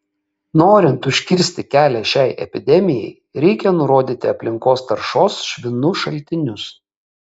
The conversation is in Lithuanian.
norint užkirsti kelią šiai epidemijai reikia nurodyti aplinkos taršos švinu šaltinius